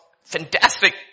fantastic